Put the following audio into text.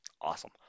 Awesome